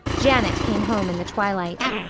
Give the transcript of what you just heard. janet came home in the twilight.